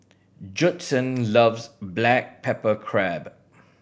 Judson loves black pepper crab